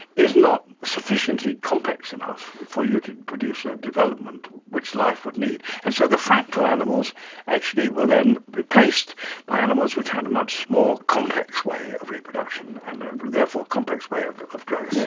is not sufficiently complex enough for you to produce a development, which life would need. and so the fractal animals actually were then replaced by animals which had a much more complex way of reproduction and therefore complex way of of growth. yeah